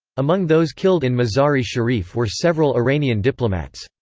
among those killed in mazari sharif were several iranian diplomats.